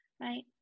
right